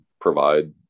provide